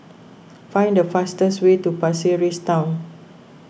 find the fastest way to Pasir Ris Town